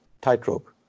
tightrope